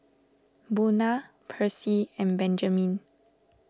Buna Percy and Benjamin